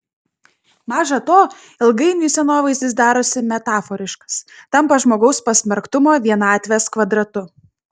maža to ilgainiui scenovaizdis darosi metaforiškas tampa žmogaus pasmerktumo vienatvės kvadratu